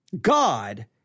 God